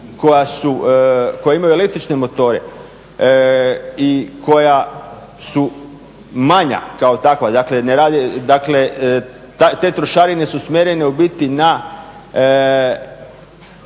koja imaju električne motore i koja su manja kao takva, dakle te trošarine su usmjerene u biti na,